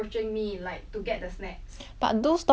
but those dog is like they got train before you know